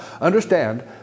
understand